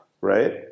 Right